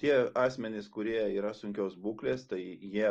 tie asmenys kurie yra sunkios būklės tai jie